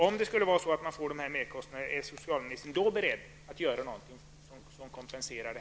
Om det skulle vara så att man får sådana merkostnader, är socialministern då beredd att göra någonting som ytterligare kompenserar det?